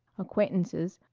acquaintances,